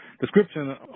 description